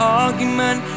argument